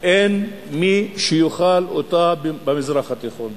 אין מי שיאכל אותה במזרח התיכון,